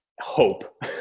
hope